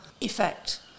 effect